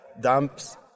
dumps